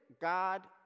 God